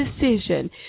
decision